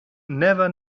never